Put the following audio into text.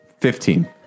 Fifteen